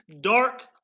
dark